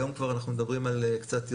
היום כבר אנחנו מדברים על קצת יותר.